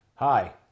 Hi